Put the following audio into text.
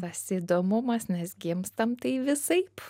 tas įdomumas nes gimstam tai visaip